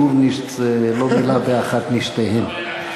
גורנישט, זו לא מילה באחת משתיהן.